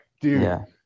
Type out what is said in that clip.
dude